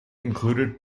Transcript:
included